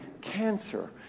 cancer